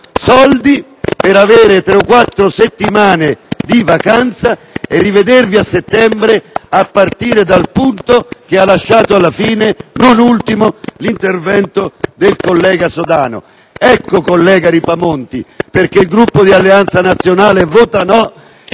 voi per avere tre o quattro settimane di vacanza e rivedervi a settembre, a partire dal punto che ha lasciato alla fine non ultimo l'intervento del collega Sodano. Ecco, collega Ripamonti, perché il Gruppo di Alleanza Nazionale vota no.